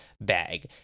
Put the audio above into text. bag